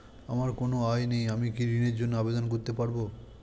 আমার কোনো আয় নেই আমি কি ঋণের জন্য আবেদন করতে পারব?